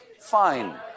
Fine